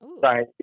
Sorry